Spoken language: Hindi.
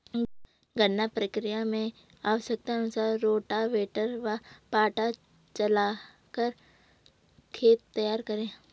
गन्ना प्रक्रिया मैं आवश्यकता अनुसार रोटावेटर व पाटा चलाकर खेत तैयार करें